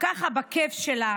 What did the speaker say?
ככה בכיף שלה,